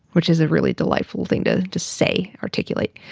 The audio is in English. which is a really delightful thing to to say. articulate.